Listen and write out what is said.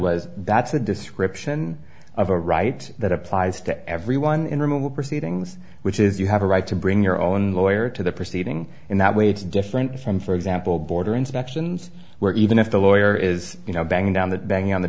was that's a description of a right that applies to everyone in removal proceedings which is you have a right to bring your own lawyer to the proceeding in that way it's different from for example border inspections where even if the lawyer is you know banging down the banging on the